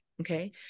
Okay